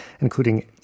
including